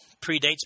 predates